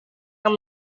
yang